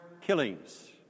killings